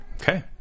Okay